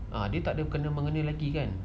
ah dia tak ada kena benda ini lagi kan